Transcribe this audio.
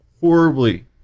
horribly